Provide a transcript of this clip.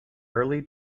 early